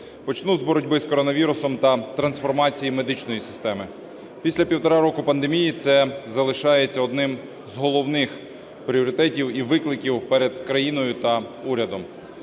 Почну з боротьби з коронавірусом та трансформації медичної системи. Після півтора року пандемії це залишається одним з головних пріоритетів і викликів перед країною та урядом.